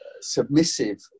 submissive